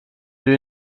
you